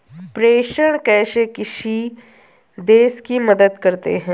प्रेषण कैसे किसी देश की मदद करते हैं?